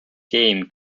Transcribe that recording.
game